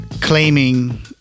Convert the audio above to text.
claiming